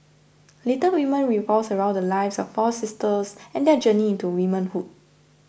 Little Women revolves around the lives of four sisters and their journey into womanhood